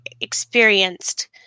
experienced